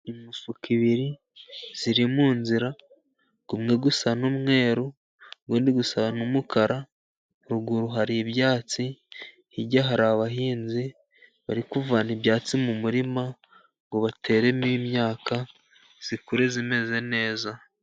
Imifuka ibiri iri mu nzira umwe usa n'umweru, uwundi usa n'umukara, ruguru hari ibyatsi, hirya hari abahinzi bari kuvana ibyatsi mu murima ngo bateremo' imyaka, ikure imeze neza.